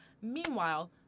Meanwhile